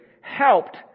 helped